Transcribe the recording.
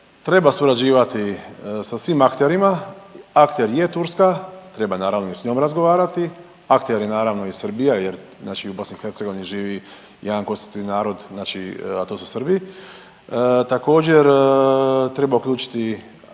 treba surađivati sa svim akterima, akter je Turska, treba naravno i s njom razgovarati, akter je naravno i Srbija jer znači u BiH živi jedan konstitutivni narod znači, a to su Srbi, također treba uključiti